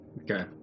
Okay